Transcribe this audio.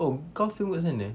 oh kau film kat sana